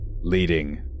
leading